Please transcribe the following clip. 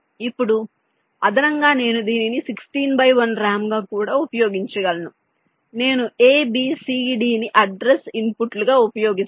ఇప్పుడు అదనంగా నేను దీనిని 16 బై 1 ర్యామ్గా కూడా ఉపయోగించగలను నేను ABCD ని అడ్రస్ ఇన్పుట్లుగా ఉపయోగిస్తున్నాను